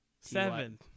seven